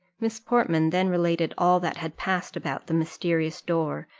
miss portman then related all that had passed about the mysterious door,